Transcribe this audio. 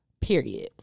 period